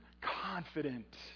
confident